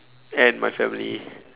and my family